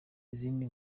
izindi